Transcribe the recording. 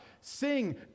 sing